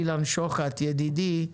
אילן שוחט ידידי,